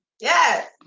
yes